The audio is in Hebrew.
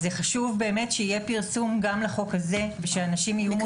חשוב שיהיה פרסום גם לחוק הזה ושאנשים יהיו מודעים.